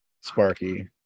Sparky